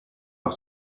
par